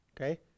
Okay